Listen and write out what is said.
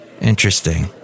interesting